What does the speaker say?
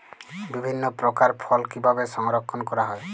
বিভিন্ন প্রকার ফল কিভাবে সংরক্ষণ করা হয়?